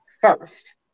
first